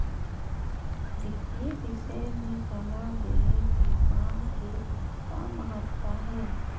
वितीय विषय में सलाह देहे के काम के का महत्ता हे?